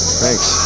thanks